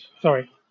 Sorry